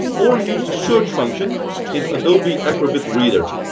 or use the search function in adobe acrobat reader.